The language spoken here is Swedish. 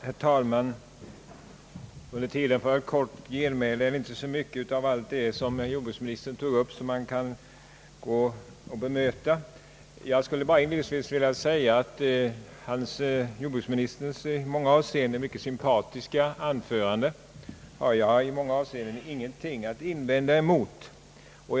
Herr talman! Under tiden för ett kort genmäle är det inte möjligt att bemöta mycket av allt det som jordbruksministern har sagt i sitt långa anförande. Jag vill nu bara inledningsvis säga att jag i många avseenden inte har nåsot att invända mot jordbruksministerns i många stycken mycket sympatiska anförande.